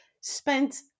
spent